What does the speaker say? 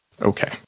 Okay